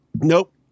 Nope